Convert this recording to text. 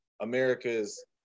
America's